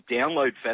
Download